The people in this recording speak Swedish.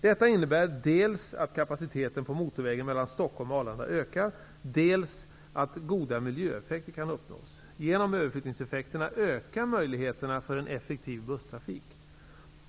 Detta innebär dels att kapaciteten på motorvägen mellan Stockholm och Arlanda ökar, dels att goda miljöeffekter kan uppnås. Genom överflyttningseffekterna ökar möjligheterna för en effektiv busstrafik.